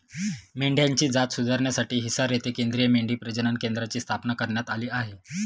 मेंढ्यांची जात सुधारण्यासाठी हिसार येथे केंद्रीय मेंढी प्रजनन केंद्राची स्थापना करण्यात आली आहे